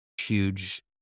huge